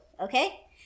okay